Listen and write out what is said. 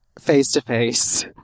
face-to-face